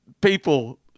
people